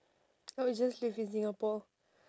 I would just live in singapore